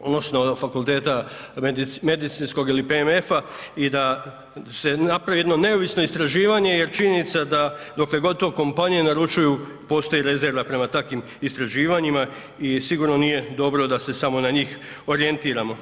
odgovorno fakulteta medicinskog ili PMF-a i da se napravi jedno neovisno istraživanje jer činjenica da dokle god to kompanije naručuju, postoji rezerva prema takvim istraživanjima i sigurno nije dobro da se samo na njih orijentiramo.